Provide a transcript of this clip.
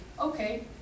okay